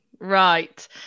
Right